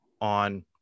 on